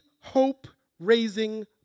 hope-raising